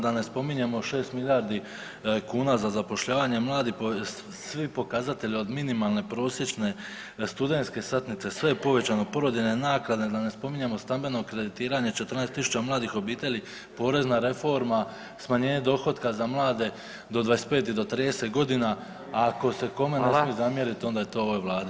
Da ne spominjemo 6 milijardi kuna za zapošljavanje mladih, svi pokazatelji, od minimalne, prosječne, studentske satnice, sve je povećano, porodiljne naknadne da ne spominjemo, stambeno kreditiranje 14 tisuća mladih obitelji, porezna reforma, smanjenje dohotka za mlade do 25. i do 30 godina, ako se kome [[Upadica: Hvala.]] ne smije zamjeriti, onda je to ovo Vladi.